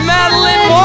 Madeline